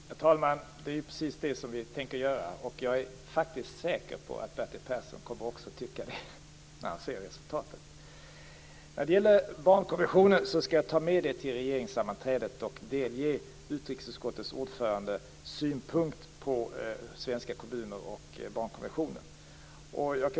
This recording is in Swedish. Herr talman! Det är precis det vi tänker göra, och jag är faktiskt säker på att Bertil Persson också kommer att tycka det när han ser resultatet. När det gäller barnkonventionen skall jag ta med det till regeringssammanträdet, och jag skall delge utrikesutskottets ordförande synpunkten om svenska kommuner och barnkonventionen.